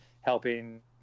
helping